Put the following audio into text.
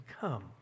come